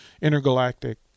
intergalactic